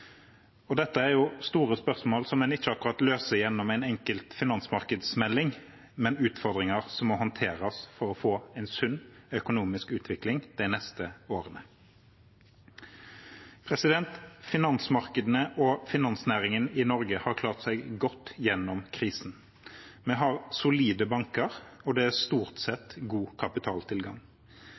Dette er store spørsmål som en ikke akkurat løser gjennom en enkelt finansmarkedsmelding, men utfordringer som må håndteres for å få en sunn økonomisk utvikling de neste årene. Finansmarkedene og finansnæringen i Norge har klart seg godt gjennom krisen. Vi har solide banker, og det er stort sett god kapitaltilgang.